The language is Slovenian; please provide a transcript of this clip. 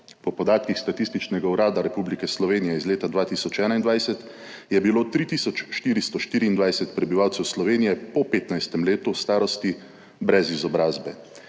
po podatkih Statističnega urada Republike Slovenije iz leta 2021 je bilo tri tisoč 424 prebivalcev Slovenije po 15. letu starosti brez izobrazbe,